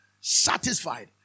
Satisfied